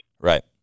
Right